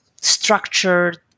structured